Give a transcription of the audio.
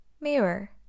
Mirror